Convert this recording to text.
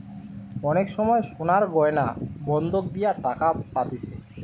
অনেক সময় সোনার গয়না বন্ধক দিয়ে টাকা পাতিছে